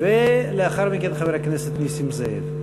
ולאחר מכן, חבר הכנסת נסים זאב.